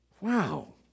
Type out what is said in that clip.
Wow